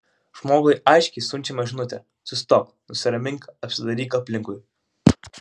žmogui aiškiai siunčiama žinutė sustok nusiramink apsidairyk aplinkui